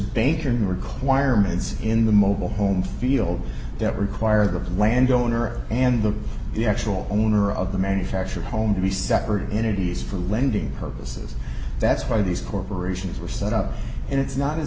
in requirements in the mobile home field that required the landowner and the actual owner of the manufactured home to be separate entities for lending purposes that's why these corporations were set up and it's not as